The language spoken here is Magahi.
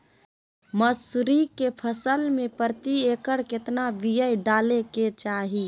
मसूरी के फसल में प्रति एकड़ केतना बिया डाले के चाही?